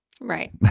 right